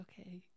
Okay